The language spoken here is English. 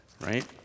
right